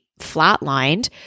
flatlined